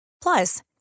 Plus